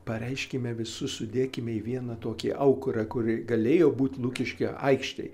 pareiškėme visus sudėkime į vieną tokį aukurą kuri galėjo būti lukiškių aikštėj